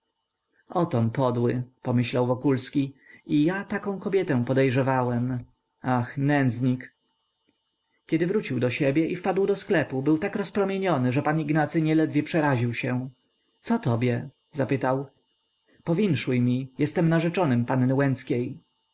się otom podły pomyślał wokulski i ja taką kobietę podejrzewałem ach nędznik kiedy wrócił do siebie i wpadł do sklepu był tak rozpromieniony że pan ignacy nieledwie przeraził się co tobie zapytał powinszuj mi jestem narzeczonym panny łęckiej ale